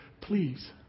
please